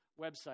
website